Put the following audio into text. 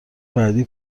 بعدی